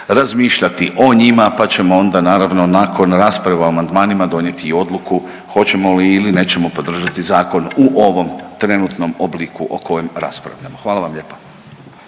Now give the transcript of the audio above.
razmišljati o njima, pa ćemo onda naravno nakon rasprave o amandmanima donijeti i odluku hoćemo li ili nećemo podržati zakon u ovom trenutnom obliku o kojem raspravljamo. Hvala vam lijepa.